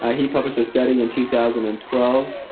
ah he published a study in two thousand and twelve,